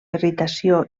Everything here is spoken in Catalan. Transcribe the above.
irritació